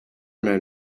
men